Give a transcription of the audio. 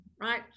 right